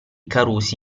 carusi